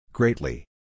Greatly